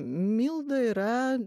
milda yra